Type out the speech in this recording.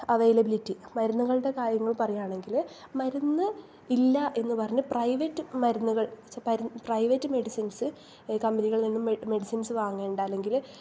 availability മരുന്നുകളുടെ കാര്യങ്ങൾ പറയുവാണെങ്കില് മരുന്ന് ഇല്ല എന്ന് പറഞ്ഞ് പ്രൈവറ്റ് മരുന്നുകൾ പ്രൈവറ്റ് മെഡിസിൻസ് കമ്പനികളിൽ നിന്നും മെഡിസിൻസ് വാങ്ങണ്ട അല്ലെങ്കിൽ